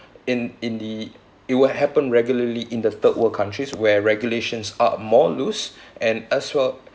in in the it will happen regularly in the third world countries where regulations are more loose and as well